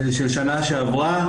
של שנה שעברה,